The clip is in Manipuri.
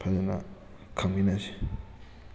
ꯐꯖꯅ ꯈꯪꯃꯤꯟꯅꯁꯤ